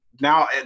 now